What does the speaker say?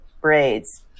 braids